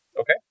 Okay